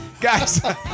guys